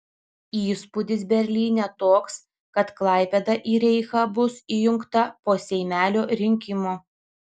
įspūdis berlyne toks kad klaipėda į reichą bus įjungta po seimelio rinkimų